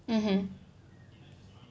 mmhmm